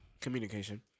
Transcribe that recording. Communication